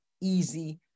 easy